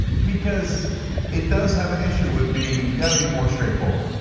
because it does have an issue with being, you've gotta be more straightforward.